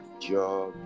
job